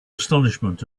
astonishment